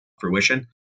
fruition